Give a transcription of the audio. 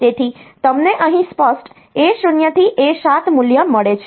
તેથી તમને અહીં સ્પષ્ટ A0 થી A7 મૂલ્ય મળે છે